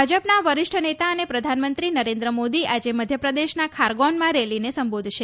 ભાજપના વરિષ્ઠ નેતા અને પ્રધાનમંત્રી નરેન્દ્ર મોદી આજે મધ્યપ્રદેશના ખારગોનમાં રેલીને સંબોધશે